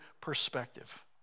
perspective